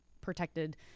protected